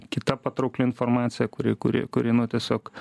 kita patraukli informacija kuri kuri kuri nu tiesiog